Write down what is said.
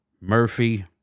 Murphy